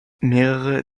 mehrere